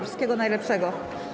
Wszystkiego najlepszego.